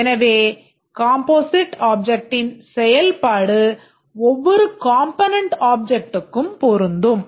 எனவே காம்போசிட் ஆப்ஜெக்ட்டின் செயல்பாடு ஒவ்வொரு காம்பொனென்ட் ஆப்ஜெக்ட்டுக்கும் பொருந்தும்